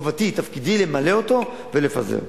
חובתי למלא את תפקידי ולפזר.